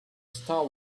star